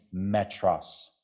Metros